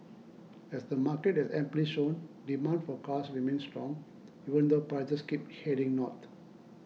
as the market has amply shown demand for cars remains strong even though prices keep heading north